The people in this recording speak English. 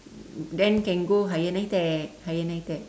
then can go higher NITEC higher NITEC